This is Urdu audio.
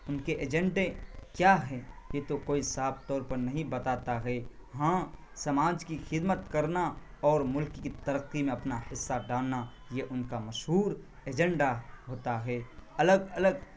ان کے ایجنڈے کیا ہے یہ تو کوئی صاف طور پر نہیں بتاتا ہے ہاں سماج کی خدمت کرنا اور ملک کی ترقی میں اپنا حصہ ڈالنا یہ ان کا مشہور ایجنڈا ہوتا ہے الگ الگ